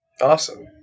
Awesome